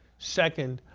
second,